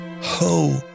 Ho